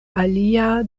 alia